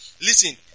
Listen